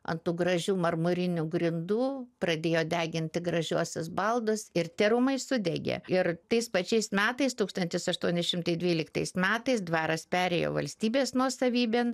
ant tų gražių marmurinių grindų pradėjo deginti gražiuosius baldus ir tie rūmai sudegė ir tais pačiais metais tūkstantis aštuoni šimtai metais dvaras perėjo valstybės nuosavybėn